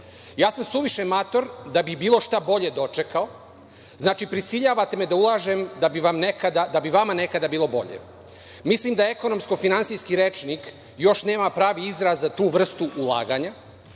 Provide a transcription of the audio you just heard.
Ja sam suviše mator da bih bilo šta bolje dočekao. Znači, prisiljavate me da ulažem da bi vama nekada bilo bolje. Mislim da ekonomsko-finansijski rečnik još nema pravi izraz za tu vrstu ulaganja